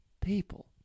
people